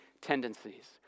tendencies